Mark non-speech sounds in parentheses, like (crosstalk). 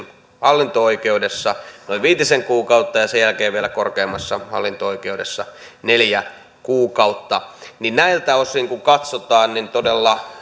hallinto oikeudessa noin viitisen kuukautta ja sen jälkeen vielä korkeimmassa hallinto oikeudessa neljä kuukautta niin näiltä osin kun katsotaan niin todella (unintelligible)